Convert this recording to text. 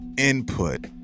Input